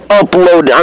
upload